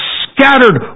scattered